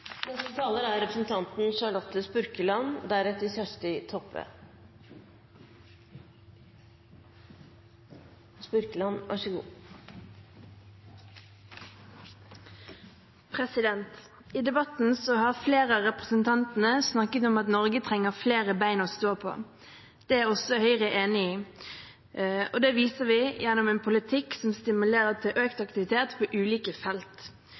I debatten har flere av representantene snakket om at Norge trenger flere bein å stå på. Det er også Høyre enig i, og det viser vi gjennom en politikk som stimulerer til økt aktivitet på ulike felt,